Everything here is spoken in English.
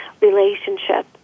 relationship